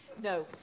No